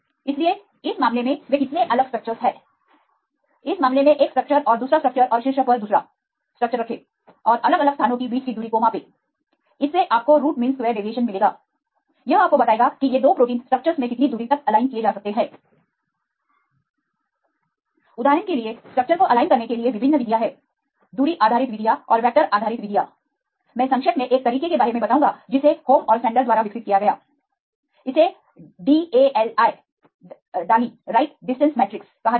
इसलिए इस मामले में वे कितनी अलग स्ट्रक्चरस हैं इस मामले में एक स्ट्रक्चर और दूसरl स्ट्रक्चर और शीर्ष पर दूसरl स्ट्रक्चररखे और अलग अलग स्थानों के बीच की दूरी को मापें इससे आपको रूट मीन स्क्वेयर डेविएशन मिलेगा यह आपको बताएगा कि ये 2 प्रोटीन स्ट्रक्चरसमे कितनी दूर तक अलाइन किए जा सकते हैं उदाहरण के लिए स्ट्रक्चर को अलाइनकरने के लिए विभिन्न विधियां हैं दूरी आधारित विधियां और वेक्टर आधारित विधियां मैं संक्षेप में एक तरीके के बारे में बताऊंगा जिसे होमऔर सैंडर द्वारा विकसित DALI राइट डिस्टेंस मैट्रिक्स कहा जाता है